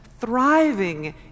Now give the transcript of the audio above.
thriving